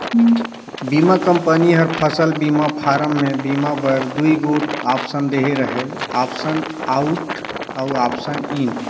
बीमा कंपनी हर फसल बीमा फारम में बीमा बर दूई गोट आप्सन देहे रहेल आप्सन आउट अउ आप्सन इन